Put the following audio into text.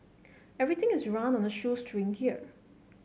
everything is run on a shoestring here